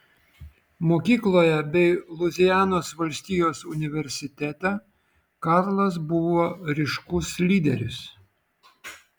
mokykloje bei luizianos valstijos universitete karlas buvo ryškus lyderis